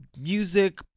music